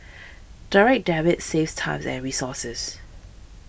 direct Debit saves time and resources